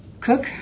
cook